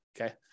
Okay